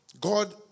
God